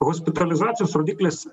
hospitalizacijos rodiklis